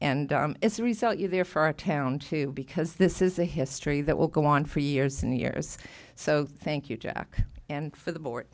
and as a result you're there for our town too because this is a history that will go on for years and years so thank you jack and for the board